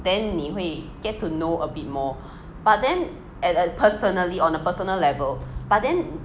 then 你会 get to know a bit more personally on a personal level but then